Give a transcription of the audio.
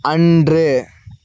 அன்று